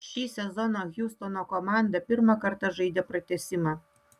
šį sezoną hjustono komanda pirmą kartą žaidė pratęsimą